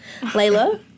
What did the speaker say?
Layla